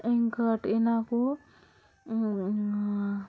ఇంకోటి నాకు